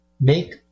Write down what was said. Make